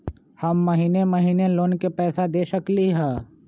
हम महिने महिने लोन के पैसा दे सकली ह?